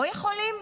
לא יכולים?